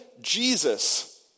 Jesus